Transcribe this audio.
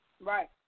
right